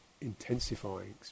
intensifying